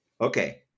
Okay